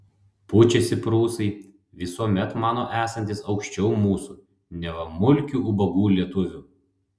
pučiasi prūsai visuomet mano esantys aukščiau mūsų neva mulkių ubagų lietuvių